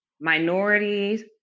minorities